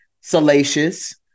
salacious